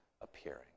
appearing